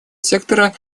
сектора